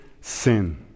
sin